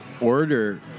order